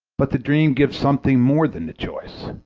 but the dream gives something more than the choice,